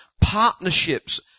partnerships